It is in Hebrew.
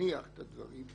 מזניח את הדברים,